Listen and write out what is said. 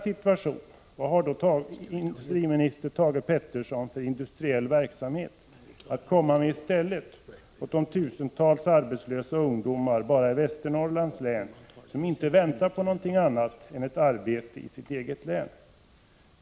Vad har då industriministern i en sådan här situation för industriell verksamhet att komma med i stället för de tusentals arbetslösa ungdomar i Västernorrlands län som inte väntar på någonting annat än ett arbete i sitt eget län?